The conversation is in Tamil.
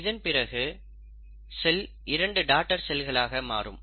இதன்பிறகு செல் 2 டாடர் செல்களாக மாறும்